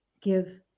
give